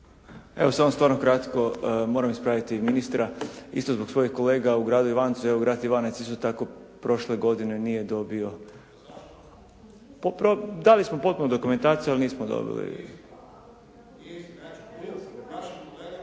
Evo, samo stvarno kratko. Moram ispraviti ministra isto zbog svojih kolega u gradu Ivancu. Evo, grad Ivanec isto tako prošle godine nije dobio. Dali smo potpunu dokumentaciju ali nismo dobili.